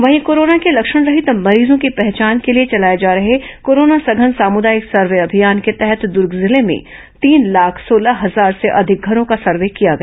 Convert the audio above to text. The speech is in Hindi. वहीं कोरोना के लक्षणरहित मरीजों की पहचान के लिए चलाए गए कोरोना सघन सामुदायिक सर्वे अभियान के तहत दूर्ग जिले में तीन लाख सोलह हजार से अधिक घरों का सर्वे किया गया